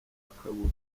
akabura